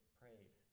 praise